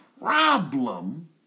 problem